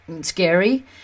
scary